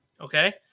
Okay